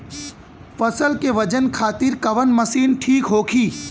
फसल के वजन खातिर कवन मशीन ठीक होखि?